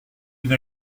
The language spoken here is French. une